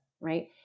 right